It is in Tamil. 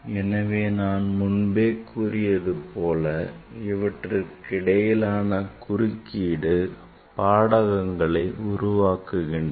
எனவே நான் முன்பே கூறியது போல இவற்றுக்கு இடையிலான குறுக்கீடு பாடகங்களை உருவாக்குகின்றன